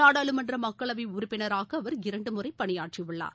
நாடாளுமன்ற மக்களவை உறுப்பினராக அவர் இரண்டு முறை பணியாற்றியுள்ளார்